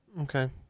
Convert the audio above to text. Okay